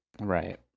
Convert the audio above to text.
right